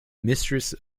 mistress